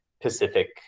Pacific